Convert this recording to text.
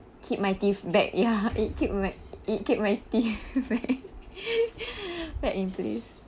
keep my teeth back ya it keep my it keep my teeth back back in place